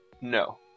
no